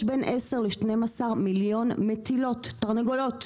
יש 10-12 מיליון תרנגולות מטילות,